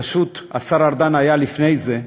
פשוט, השר ארדן היה לפני כן,